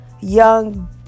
young